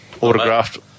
Autographed